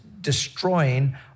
destroying